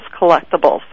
collectibles